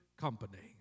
company